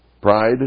pride